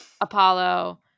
Apollo